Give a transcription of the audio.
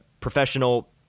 professional